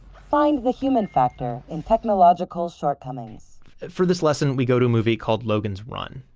find the human factor in technological shortcomings for this lesson, we go to a movie called logan's run,